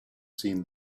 seen